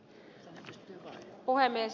arvoisa puhemies